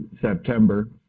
September